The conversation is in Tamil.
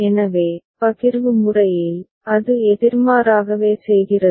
எனவே பகிர்வு முறையில் அது எதிர்மாறாகவே செய்கிறது